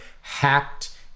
hacked